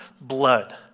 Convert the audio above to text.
blood